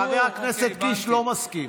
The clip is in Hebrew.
חבר הכנסת קיש לא מסכים.